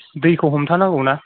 दैखौ हमथानांगौ ना